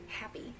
happy